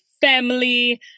family